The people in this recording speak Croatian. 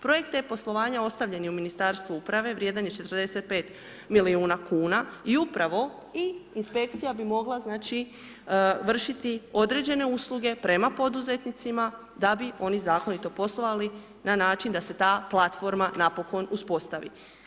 Projekt e-poslovanja ostavljen je u Ministarstvu uprave, vrijedan je 45 milijuna kuna i upravo i inspekcija bi mogla znači vršiti određene usluge prema poduzetnicima da bi oni zakonito poslovali na način da se ta platforma napokon uspostavi.